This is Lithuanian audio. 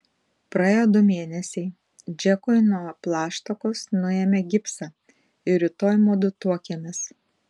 praėjo du mėnesiai džekui nuo plaštakos nuėmė gipsą ir rytoj mudu tuokiamės